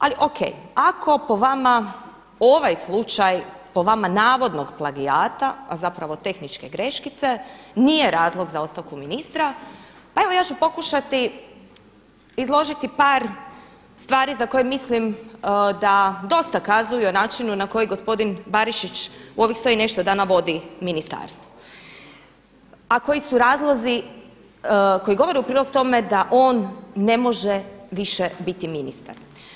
Ali o.k. ako po vama ovaj slučaj po vama navodnog plagijata, a zapravo tehničke greškice nije razlog za ostavku ministra, pa evo ja ću pokušati izložiti par stvari za koje mislim da dosta kazuju o načinu na koji gospodin Barišić u ovih 100 i nešto dana vodi ministarstvo, a koji su razlozi koji govore u prilog tome da on ne može više biti ministar.